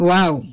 Wow